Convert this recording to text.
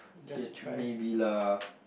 okay maybe lah